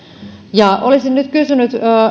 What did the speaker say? olisin nyt kysynyt